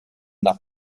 nach